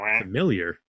familiar